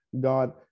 God